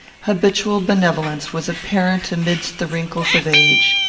habitual benevolence was apparent amidst the wrinkles of age.